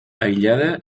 aïllada